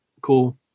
Cool